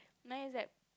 mine is like